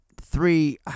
three